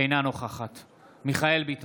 אינה נוכחת מיכאל מרדכי ביטון,